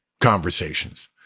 conversations